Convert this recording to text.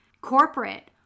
corporate